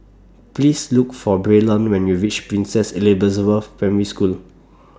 Please Look For Braylen when YOU REACH Princess Elizabeth Primary School